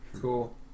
Cool